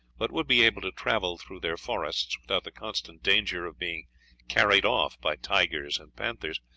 but would be able to travel through their forests without the constant danger of being carried off by tigers and panthers,